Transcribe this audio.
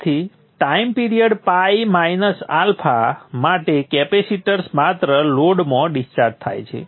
તેથી time period pi minus alpha માટે capacitors માત્ર લોડમાં ડિસ્ચાર્જ થાય છે